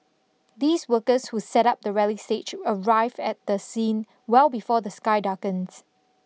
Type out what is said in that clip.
these workers who set up the rally stage arrive at the scene well before the sky darkens